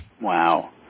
Wow